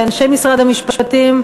לאנשי משרד המשפטים.